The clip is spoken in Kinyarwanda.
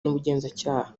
n’ubugenzacyaha